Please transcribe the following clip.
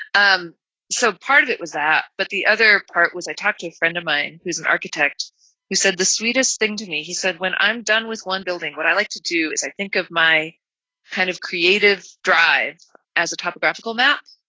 um so part of it was that. but the other part was i talking a friend of mine who's an architect who said the sweetest thing to me. he said, when i'm done with one building, what i like to do is i think of my kind of creative drive as a topographical map.